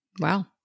wow